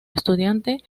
estudiante